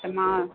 त मां